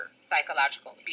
psychological